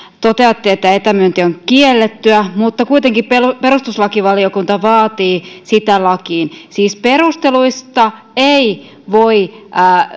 toteatte että etämyynti on kiellettyä mutta kuitenkin perustuslakivaliokunta vaatii sitä lakiin siis perusteluista ei voi